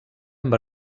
amb